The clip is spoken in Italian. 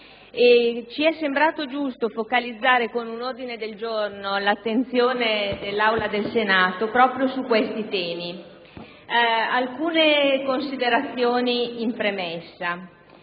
Ci è parso giusto focalizzare con un ordine del giorno l'attenzione dell'Aula del Senato proprio su questi temi. Mi sia consentito svolgere